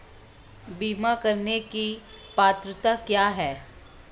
बीमा करने की पात्रता क्या है?